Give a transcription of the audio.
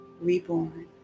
reborn